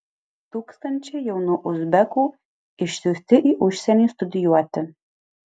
tūkstančiai jaunų uzbekų išsiųsti į užsienį studijuoti